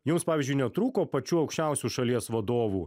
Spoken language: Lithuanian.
jums pavyzdžiui netrūko pačių aukščiausių šalies vadovų